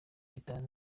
itanu